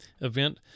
event